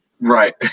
Right